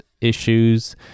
issues